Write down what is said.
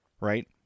right